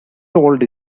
told